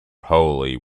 holy